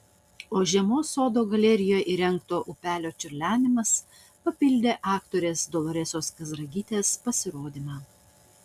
o žiemos sodo galerijoje įrengto upelio čiurlenimas papildė aktorės doloresos kazragytės pasirodymą